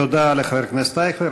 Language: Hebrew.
תודה לחבר הכנסת אייכלר.